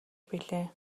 билээ